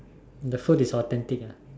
the food is authentic ah